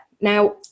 Now